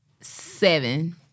seven